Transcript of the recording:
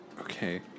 Okay